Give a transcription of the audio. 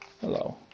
Hello